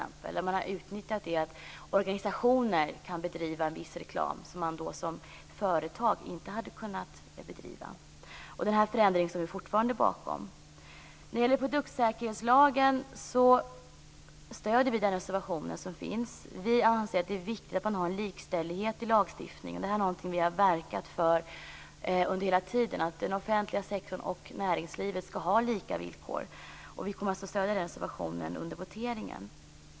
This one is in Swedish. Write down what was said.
Man har utnyttjat detta att organisationer kan bedriva en viss reklamverksamhet som man som företag inte hade kunnat bedriva. Den här förändringen står vi fortfarande bakom. När det gäller produktsäkringslagen stöder vi den reservation som finns. Vi anser att det är viktigt att man har en likställighet i lagstiftningen. Det är något som vi har verkat för hela tiden; att den offentliga sektorn och näringslivet skall ha lika villkor. Vi kommer alltså att stödja den reservationen under voteringen.